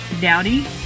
Dowdy